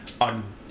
On